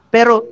Pero